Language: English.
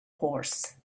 horse